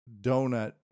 donut